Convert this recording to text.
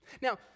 Now